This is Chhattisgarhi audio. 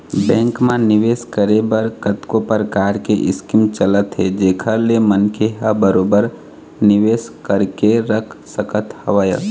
बेंक म निवेस करे बर कतको परकार के स्कीम चलत हे जेखर ले मनखे ह बरोबर निवेश करके रख सकत हवय